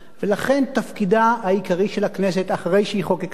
ולכן תפקידה העיקרי של הכנסת,